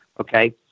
okay